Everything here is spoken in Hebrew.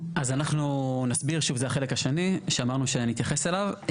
אנחנו נסביר שזה החלק השני, שאמרנו שנתייחס אליו.